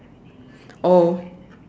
oh